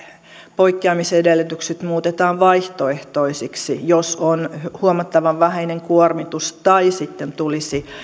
poikkeamis edellytykset muutetaan vaihtoehtoisiksi jos on huomattavan vähäinen kuormitus tai sitten tulisi